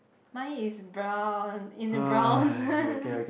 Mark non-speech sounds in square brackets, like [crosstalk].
my is brown in the brown [laughs]